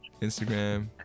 instagram